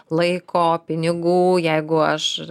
laiko pinigų jeigu aš